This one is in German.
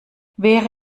wäre